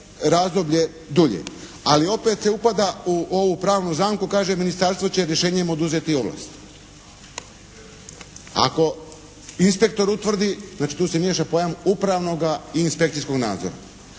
razdoblje dulje. Ali opet se upada u ovu pravnu zamku, kaže ministarstvo će rješenjem oduzeti ovlasti. Ako inspektor utvrdi, znači tu se miješa pojam upravnoga i inspekcijskog nadzora.